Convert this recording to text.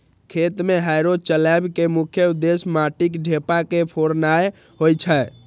खेत मे हैरो चलबै के मुख्य उद्देश्य माटिक ढेपा के फोड़नाय होइ छै